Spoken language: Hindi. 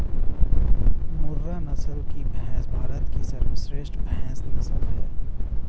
मुर्रा नस्ल की भैंस भारत की सर्वश्रेष्ठ भैंस नस्ल है